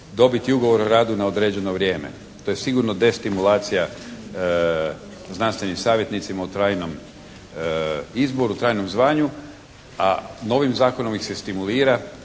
dobiti ugovor o radu na određeno vrijeme. To je sigurno destimulacija znanstvenim savjetnicima u trajnom izboru, trajnom zvanju, a novim zakonom ih se stimulira